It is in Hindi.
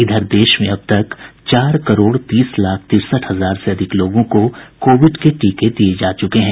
इधर देश में अब तक चार करोड़ तीस लाख तिरसठ हजार से अधिक लोगों को कोविड के टीके दिये जा चुके हैं